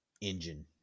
engine